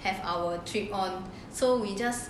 have our trip on so we just